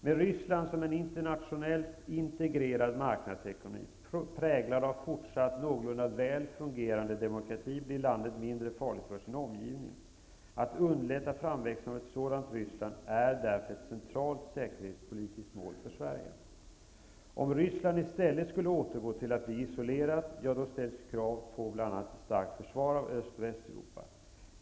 Ett Ryssland i form av en internationellt integrerad marknadsekonomi präglad av en fortsatt någorlunda väl fungerande demokrati blir mindre farligt för sin omgivning. Att underlätta framväxandet av ett sådant Ryssland är därför ett centralt säkerhetspolitiskt mål för Sverige. Om Ryssland i stället skulle återgå till att bli isolerat ställs det bl.a. krav på ett starkt försvar av Öst och Västeuropa.